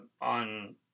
on